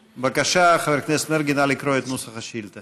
בבקשה, חבר הכנסת מרגי, נא לקרוא את נוסח השאילתה.